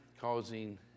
causing